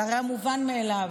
זה הרי מובן מאליו.